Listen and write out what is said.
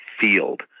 field